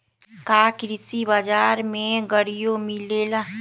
का कृषि बजार में गड़ियो मिलेला?